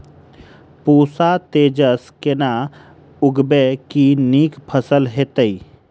पूसा तेजस केना उगैबे की नीक फसल हेतइ?